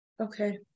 Okay